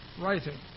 writing